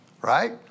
right